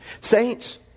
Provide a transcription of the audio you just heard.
Saints